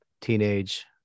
Teenage